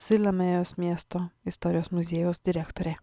siliamėjos miesto istorijos muziejaus direktorė